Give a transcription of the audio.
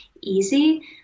easy